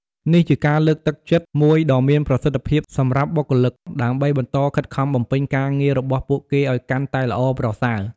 នេះជាការលើកទឹកចិត្តមួយដ៏មានប្រសិទ្ធភាពសម្រាប់បុគ្គលិក ដើម្បីបន្តខិតខំបំពេញការងាររបស់ពួកគេឲ្យកាន់តែល្អប្រសើរ។